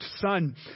son